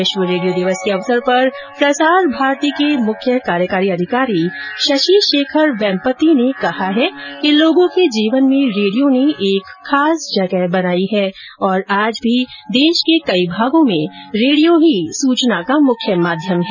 विश्व रेडियो दिवस के अवसर पर प्रसार भारती के मुख्य कार्यकारी अधिकारी शशिशेखर वेम्पत्ति ने कहा है कि लोगों के जीवन में रेडियो ने एक खास जगह बनाई है और आज भी देश के कई भागों में रेडियो ही सूचना का मुख्य माध्यम है